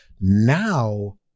now